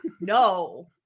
No